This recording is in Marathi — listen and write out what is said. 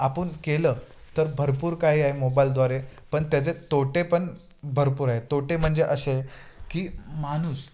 आपण केलं तर भरपूर काही आहे मोबाईलद्वारे पण त्याचे तोटे पण भरपूर आहे तोटे म्हणजे असे की माणूस